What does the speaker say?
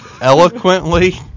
eloquently